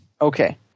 Okay